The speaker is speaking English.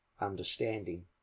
understanding